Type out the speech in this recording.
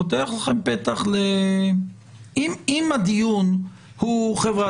פותח לכם פתח אם הדיון הוא: חבר'ה,